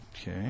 Okay